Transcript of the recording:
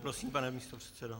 Prosím, pane místopředsedo.